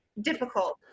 difficult